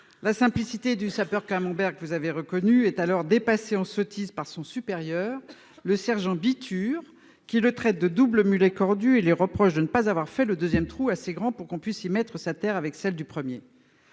La simplicité du sapeur Camember, que vous avez reconnu, est alors dépassée en sottise par son supérieur, le sergent Bitur, qui le traite de « double mulet cornu » et lui reproche de ne pas avoir fait le deuxième trou assez grand pour qu'on puisse y mettre la terre qui en a été